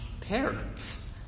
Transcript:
parents